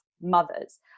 mothers